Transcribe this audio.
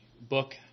book